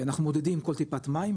אנחנו מודדים כל טיפת מים,